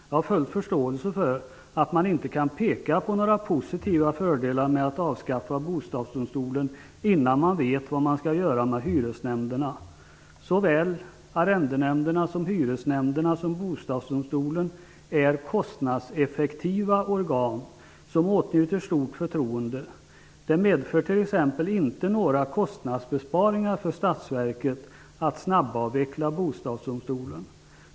Jag har full förståelse för att man inte kan peka på några positiva fördelar med att avskaffa Bostadsdomstolen innan man vet vad man skall göra med hyresnämnderna. Bostadsdomstolen är kostnadseffektiva organ som åtnjuter stort förtroende. Det medför t.ex. inte några kostnadsbesparingar för Statsverket att snabbavveckla Bostadsdomstolen.